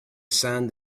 sand